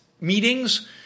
meetings